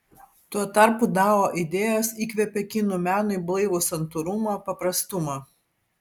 tuo tarpu dao idėjos įkvepia kinų menui blaivų santūrumą paprastumą